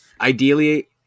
ideally